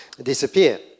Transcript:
disappear